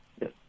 yes